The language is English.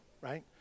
Right